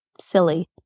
silly